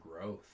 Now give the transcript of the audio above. growth